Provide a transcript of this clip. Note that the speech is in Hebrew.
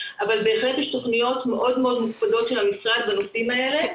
אבל בהחלט יש תוכניות מאוד מאוד מוקפדות של המשרד בנושאים האלה.